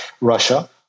Russia